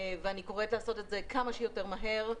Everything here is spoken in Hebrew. ואני קוראת לעשות את זה כמה שיותר מהר.